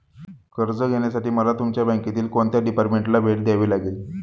कर्ज घेण्यासाठी मला तुमच्या बँकेतील कोणत्या डिपार्टमेंटला भेट द्यावी लागेल?